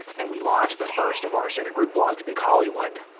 and we launched the first of our set of group blogs, big hollywood.